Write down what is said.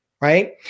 Right